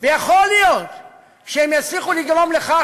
ויכול להיות שהם יצליחו לגרום לכך